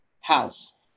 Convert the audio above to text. house